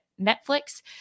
Netflix